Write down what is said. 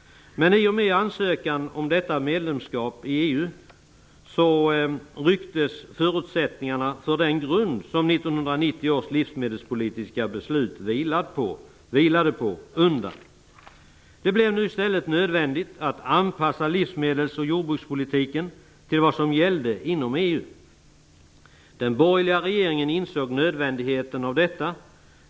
Men i och med ansökan om medlemskap i EU rycktes förutsättningarna undan för den grund som 1990 års livsmedelspolitiska beslut vilade på. Det blev nu i stället nödvändigt att anpassa livsmedels och jordbrukspolitiken till vad som gällde inom EU. Den borgerliga regeringen insåg nödvändigheten av detta.